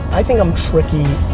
i think i'm tricky,